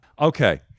Okay